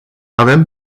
avem